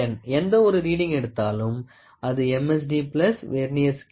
எந்த ஒரு ரீடிங் எடுத்தாலும் அது MSD வெர்னியர் ஸ்கேல்